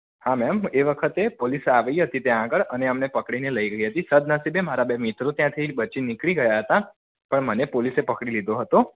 હા મેમ એ વખતે પોલીસ આવી હતી ત્યાં આગળ અને અમને પકડીને લઈ ગઈ હતી સદનસીબે મારા બે મિત્રો ત્યાંથી બચીને નીકળી ગયા હતા પણ મને પોલીસે પકડી લીધો હતો